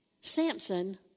Samson